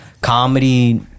comedy